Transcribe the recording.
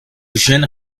gène